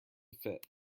fit